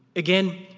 again,